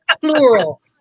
plural